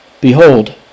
Behold